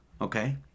okay